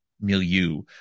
milieu